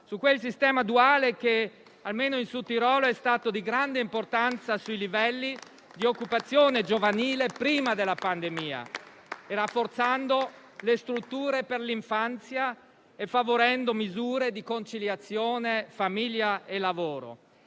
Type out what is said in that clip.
su quel sistema duale che, almeno in Sudtirolo, è stato di grande importanza per i livelli di occupazione giovanile prima della pandemia, rafforzando le strutture per l'infanzia e favorendo misure di conciliazione tra famiglia e lavoro.